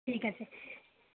ঠিক আছে